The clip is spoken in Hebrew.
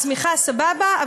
הצמיחה סבבה,